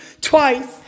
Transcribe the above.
twice